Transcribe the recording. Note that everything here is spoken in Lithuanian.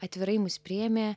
atvirai mus priėmė